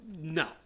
no